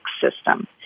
system